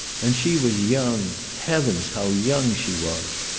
and she was young. heavens, how young she was.